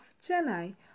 Chennai